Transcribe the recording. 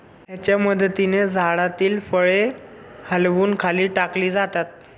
याच्या मदतीने झाडातील फळे हलवून खाली टाकली जातात